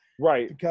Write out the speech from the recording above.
Right